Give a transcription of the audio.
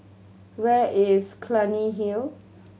where is Clunny Hill